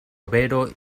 overo